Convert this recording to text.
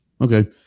okay